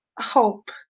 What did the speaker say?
hope